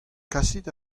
kasit